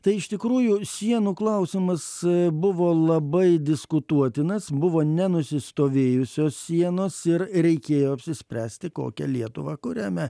tai iš tikrųjų sienų klausimas buvo labai diskutuotinas buvo nenusistovėjusios sienos ir reikėjo apsispręsti kokią lietuvą kuriame